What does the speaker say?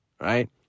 right